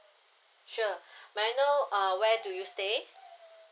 sure may I know uh where do you stay